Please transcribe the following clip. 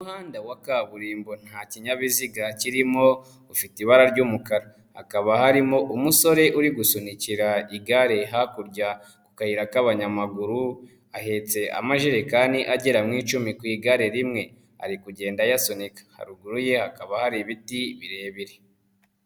Umuhanda wa kaburimbo nta kinyabiziga kirimo, ufite ibara ry'umukara, hakaba harimo umusore uri gusunikira igare hakurya mu kayira k'abanyamaguru, ahetse amajerekani agera mu icumi ku igare rimwe, ari kugenda ayasunika, haruguru ye hakaba hari ibiti birebire.